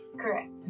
Correct